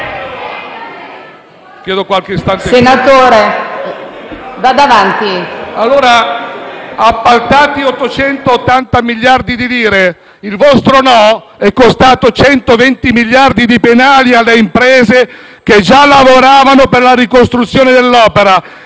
Appaltati 880 miliardi di lire, il vostro no è costato 120 miliardi di penali alle imprese che già lavoravano per la ricostruzione dell'opera: